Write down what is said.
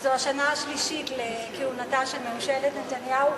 שזו השנה השלישית לכהונתה של ממשלת נתניהו,